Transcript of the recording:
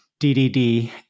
DDD